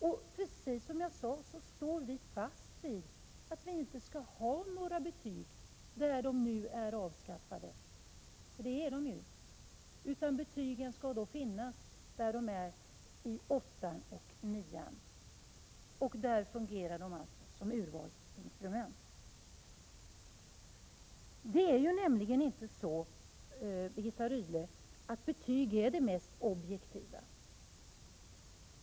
Precis som jag sade tidigare står vi fast vid att vi inte skall ha några betyg där de nu är avskaffade — för det är de. Betygen skall finnas där de i dag finns — i åttan och nian. De fungerar där som urvalsinstrument. Birgitta Rydle! Betygen är inte det mest objektiva urvalsinstrumentet.